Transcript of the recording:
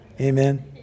Amen